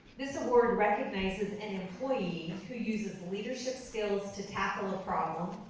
this award recognizes an employee who uses leadership skills to tackle a problem,